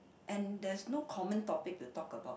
and there's no common topic to talk about